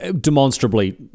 demonstrably